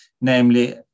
namely